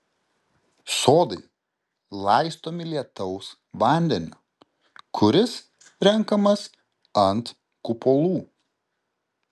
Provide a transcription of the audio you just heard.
sodai laistomi lietaus vandeniu kuris renkamas ant kupolų